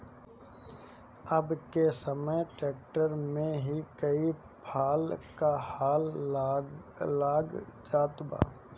अब के समय ट्रैक्टर में ही कई फाल क हल लाग जात बा